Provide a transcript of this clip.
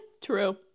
True